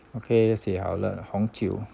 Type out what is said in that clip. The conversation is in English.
okay 写好了红酒